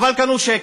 אבל קנו שקט.